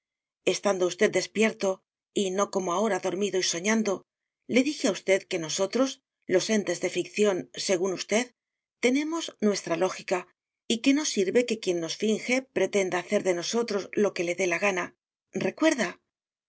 estando usted despierto y no como ahora dormido y soñando le dije a usted que nosotros los entes de ficción según usted tenemos nuestra lógica y que no sirve que quien nos finge pretenda hacer de nosotros lo que le dé la gana recuerda